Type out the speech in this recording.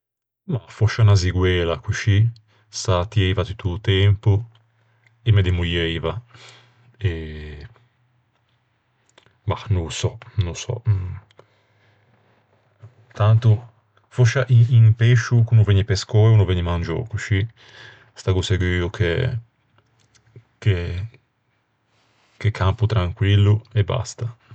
Mah, fòscia unna zigoela coscì sätieiva tutto o tempo e me demoieiva. Mah, no ô sò, no ô sò. Tanto... Fòscia un-un pescio ch'o no vëgne pescou e o no vëgne mangiou, coscì staggo seguo che-che-che campo tranquillo e basta.